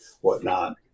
whatnot